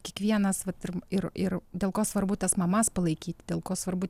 kiekvienas vat ir ir ir dėl ko svarbu tas mamas palaikyt dėl ko svarbu